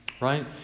Right